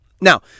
Now